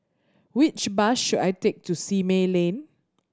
which bus should I take to Simei Lane